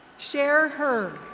cher hurt.